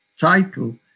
title